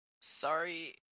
Sorry